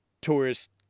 tourist